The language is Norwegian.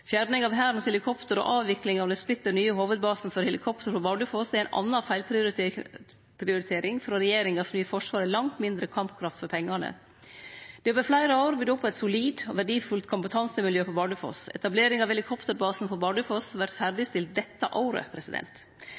Fjerninga av Hærens helikopter og avviklinga av den splitter nye hovudbasen for helikopter på Bardufoss er ei anna feilprioritering frå regjeringa som gir Forsvaret langt mindre kampkraft for pengane. Det er over fleire år bygt opp eit solid og verdifullt kompetansemiljø på Bardufoss. Etableringa av helikopterbasen på Bardufoss vert ferdigstilt dette året.